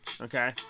okay